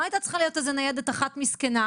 לא הייתה צריכה להיות איזו ניידת אחת מסכנה,